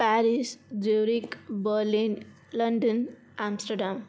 Paris zurich Berlin London Amsterdam